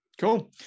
Cool